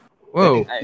Whoa